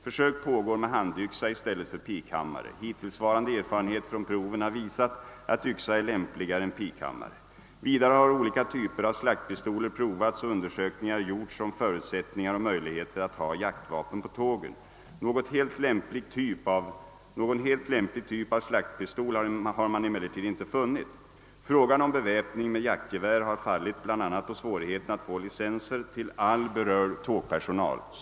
Försök pågår med handyxa i stället för pikhammare. Hittillsvarande erfarenhet från proven har visat att yxa är lämpligare än pikhammare. Vidare har olika typer av slaktpistoler provats och undersökningar gjorts om förutsättningar och möjligheter att ha jaktvapen på tågen. Någon helt lämplig typ av slaktpistol har man emellertid inte funnit. Frågan om beväpning med jaktgevär har fallit bl.a. på svårigheten att få licenser till all berörd tågpersonal.